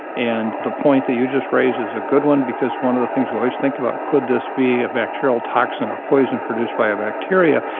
and the point that you just raised is a good one because one of the things we always think about is could this be a bacterial toxin, a poison produced by a bacteria,